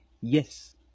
Yes